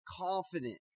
confident